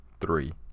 three